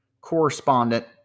correspondent